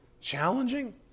Challenging